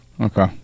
Okay